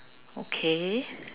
okay